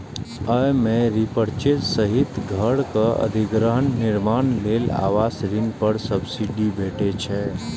अय मे रीपरचेज सहित घरक अधिग्रहण, निर्माण लेल आवास ऋण पर सब्सिडी भेटै छै